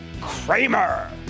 Kramer